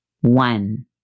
One